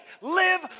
live